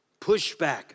pushback